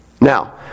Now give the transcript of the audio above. Now